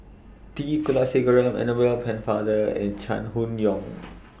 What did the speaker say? T Kulasekaram Annabel Pennefather and Chai Hon Yoong